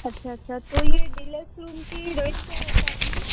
अच्छा अच्छा तो ये डीलेक्स रूम की रेट क्या रहता है अपने यहाँ